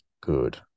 good